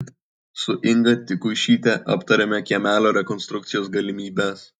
su inga tikuišyte aptarėme kiemelio rekonstrukcijos galimybes